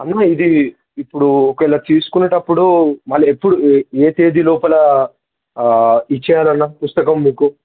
అన్న ఇది ఇప్పుడు ఒకవేళ తీసుకునేటప్పుడు మళ్ళా ఎప్పుడూ ఏ తేది లోపల ఇచ్చేయాలన్న పుస్తకం మీకు